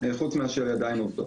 חוץ מאשר ידיים עובדות.